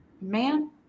man